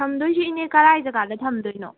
ꯊꯝꯗꯣꯏꯁꯤ ꯏꯅꯦ ꯀꯗꯥꯏ ꯖꯥꯒꯗ ꯊꯝꯗꯣꯏꯅꯣ